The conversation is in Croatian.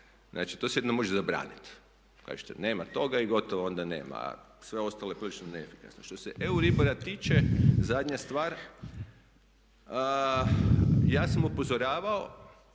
Znači, to se jedino može zabraniti. Kažete nema toga i gotovo, onda nema, a sve ostalo je tržišno neefikasno. Što se EURIBORA tiče zadnja stvar ja sam upozoravao,